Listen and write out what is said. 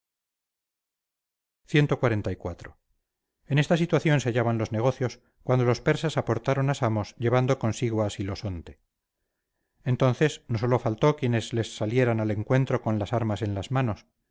libertad del estado cxliv en esta situación se hallaban los negocios cuando los persas aportaron a samos llevando consigo a silosonte entonces no sólo faltó quien les saliera al encuentro con las armas en las manos